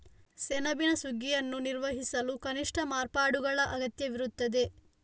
ಸೆಣಬಿನ ಸುಗ್ಗಿಯನ್ನು ನಿರ್ವಹಿಸಲು ಕನಿಷ್ಠ ಮಾರ್ಪಾಡುಗಳ ಅಗತ್ಯವಿರುತ್ತದೆ